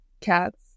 Cats